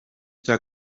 cya